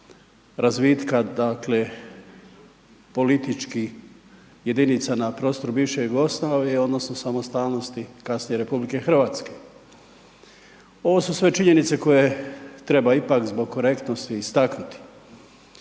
razvitka, dakle, političkih jedinica na prostoru bivše Jugoslavije odnosno samostalnosti kasnije Republike Hrvatske. Ovo su sve činjenice koje treba ipak zbog korektnosti istaknuti.